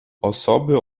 osoby